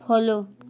follow